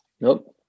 Nope